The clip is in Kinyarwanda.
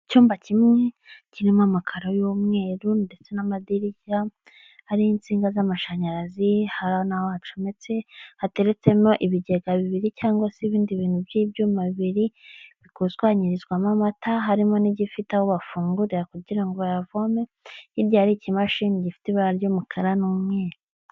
Icyumba kimwe kirimo amakaro y'umweru ndetse n'amadirishya hari insinga z'amashanyarazi hari naho wacometse ndetse hateretsemo ibigega bibiri cyangwa se ibindi bintu by'ibyumabiri bikusanyirizwamo amata harimo n'igifite aho bafungurira kugira ngo bayavome igihe ari ikimashini gifite ibara ry'umukara n'umweru.